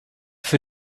für